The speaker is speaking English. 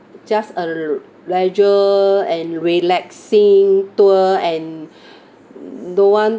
just a l~ leisure and relaxing tour and don't want